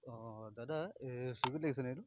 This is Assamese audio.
অঁ দাদা এই চুইগীত লাগিছেনে এইটো